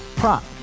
Prop